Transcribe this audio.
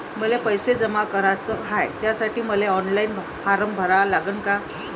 मले पैसे जमा कराच हाय, त्यासाठी मले ऑनलाईन फारम भरा लागन का?